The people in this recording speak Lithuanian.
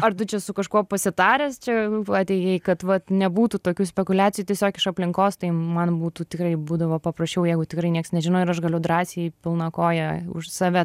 ar tu čia su kažkuo pasitaręs čia atėjai kad vat nebūtų tokių spekuliacijų tiesiog iš aplinkos tai man būtų tikrai būdavo paprasčiau jeigu tikrai nieks nežino ir aš galiu drąsiai pilna koja už save